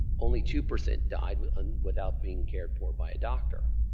only two percent died and without being cared for by a doctor.